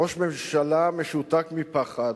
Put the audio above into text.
ראש ממשלה משותק מפחד.